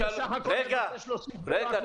אני בסך הכול מבקש להוסיף באותה פסקה --- רגע.